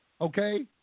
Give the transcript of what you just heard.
Okay